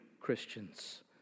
Christians